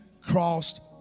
crossed